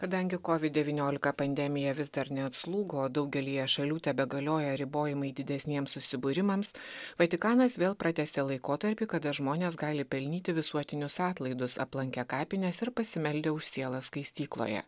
kadangi kovid devyniolika pandemija vis dar neatslūgo daugelyje šalių tebegalioja ribojimai didesniems susibūrimams vatikanas vėl pratęsė laikotarpį kada žmonės gali pelnyti visuotinius atlaidus aplankę kapines ir pasimeldę už sielas skaistykloje